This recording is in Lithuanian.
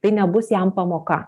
tai nebus jam pamoka